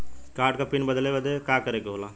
Card क pin बदले बदी का करे के होला?